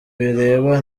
bireba